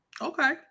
Okay